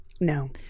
no